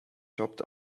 chopped